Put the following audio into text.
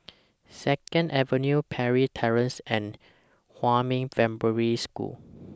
Second Avenue Parry Terrace and Huamin Primary School